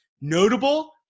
Notable